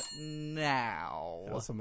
now